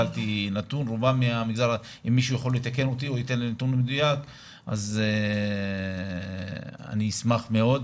אם מישהו יכול לתקן אותי או לתת לי נתון מדויק אני אשמח מאוד.